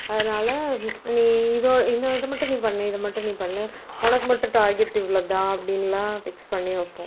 அதனால நீ இதோ இதை இதை மட்டும் நீ பண்ணு இதை மட்டும் நீ பண்ணு உனக்கு மட்டும் டார்கெட் இவ்வளோ தான் அப்படின்லாம் ஃபிக்ஸ் பண்ணி வைப்போம்